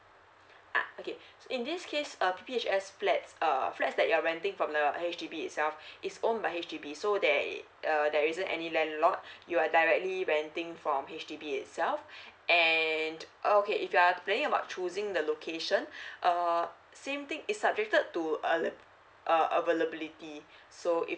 okay in this case p p h s flats err flats that you're renting from the H_D_B itself is owned by H_D_B so there uh there isn't any landlord you are directly renting from H_D_B itself and uh okay if you are planning about choosing the location uh same thing is subjected to uh uh availability so if